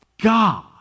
God